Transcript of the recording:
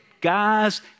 guys